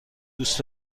دوست